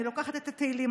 אני לוקחת את התהילים,